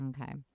okay